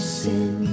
sin